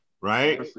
Right